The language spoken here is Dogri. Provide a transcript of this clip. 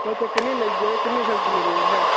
कोई चक्कर निं लेई जाओ किन्नी सब्जी लैनी तुसें